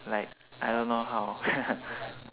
like I don't know how